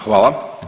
Hvala.